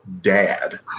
Dad